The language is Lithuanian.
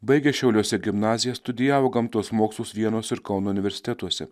baigė šiauliuose gimnaziją studijavo gamtos mokslus vienos ir kauno universitetuose